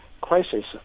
crisis